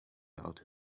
out